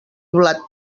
blat